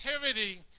creativity